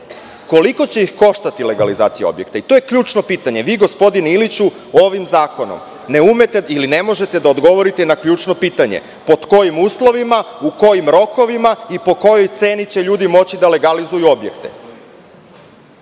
koliko će ih koštati legalizacija objekta i to je ključno pitanje. Vi gospodine Iliću, ovim zakonom ne umete ili ne možete da odgovorite na ključno pitanje pod kojim uslovima, kojim rokovima i po kojoj ceni će ljudi moći da legalizuju objekte.